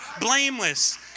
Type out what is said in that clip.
blameless